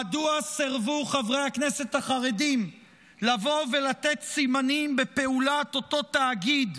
מדוע סירבו חברי הכנסת החרדים לבוא ולתת סימנים בפעולת אותו תאגיד,